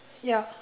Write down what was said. ya